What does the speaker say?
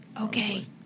Okay